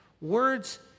Words